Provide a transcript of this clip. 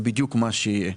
זה בדיוק מה שיהיה.